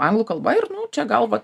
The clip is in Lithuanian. anglų kalba ir nu čia gal va